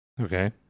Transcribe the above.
Okay